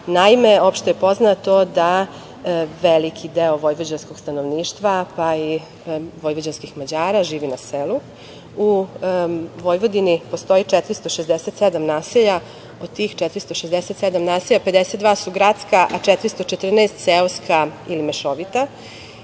Naime, opšte je poznato da veliki deo vojvođanskog stanovništva, pa i vojvođanskih Mađara živi na selu.U Vojvodini postoji 467 naselja, od tih 467 naselja 52 su gradska, a 414 seoska ili mešovita.